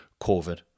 COVID